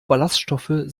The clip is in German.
ballaststoffe